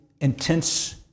intense